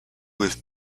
with